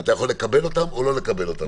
אתה יכול לקבל אותן או לא לקבל אותן.